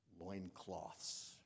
loincloths